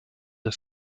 der